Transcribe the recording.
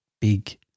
big